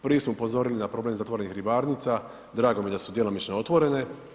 Prvi smo upozorili na problem zatvorenih ribarnica, drago mi je da su djelomično otvorene.